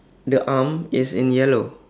the arm is in yellow